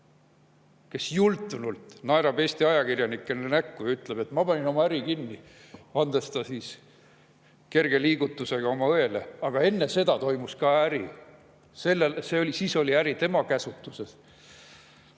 kes jultunult naerab Eesti ajakirjanikele näkku ja ütleb, et ma panin oma äri kinni, olles andnud selle kerge liigutusega oma õele. Aga enne seda toimus ka äri, siis oli äri tema käsutuses. Nii